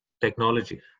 technology